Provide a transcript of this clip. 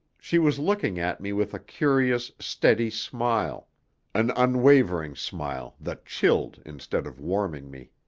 she was looking at me with a curious, steady smile an unwavering smile that chilled instead of warming me.